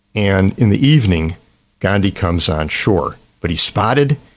and in the evening gandhi comes onshore, but he's spotted,